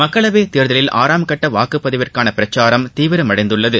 மக்களவைத்தேர்தலில் ஆறாம் கட்ட வாக்குப்பதிவுக்கான பிரச்சாரம் தீவிரமடைந்துள்ளது